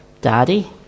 Daddy